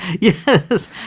Yes